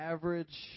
Average